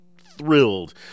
thrilled